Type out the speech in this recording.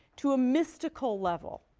to a mystical level.